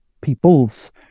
peoples